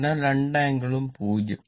അതിനാൽ രണ്ട് ആംഗിളും 0